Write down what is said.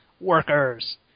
Workers